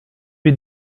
wie